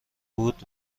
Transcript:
بود